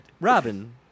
Robin